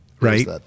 Right